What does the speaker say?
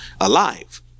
alive